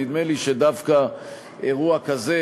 נדמה לי שדווקא אירוע כזה,